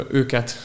őket